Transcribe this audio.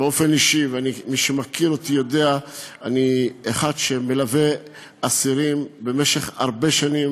מי שמכיר אותי יודע שאני מלווה אסירים במשך הרבה שנים,